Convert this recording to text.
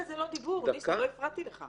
לא יכולה להישאר כהעדפה של הצד השני.